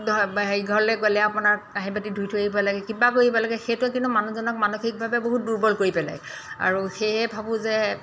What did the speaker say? হেৰি ঘৰলৈ গ'লে আপোনাৰ কাঁহী বাতি ধুই থৈ আহিব লাগে কিবা কৰিব লাগে সেইটোৱে কিন্তু মানুহজনক মানসিকভাৱে বহুত দুৰ্বল কৰি পেলায় আৰু সেয়েহে ভাবোঁ যে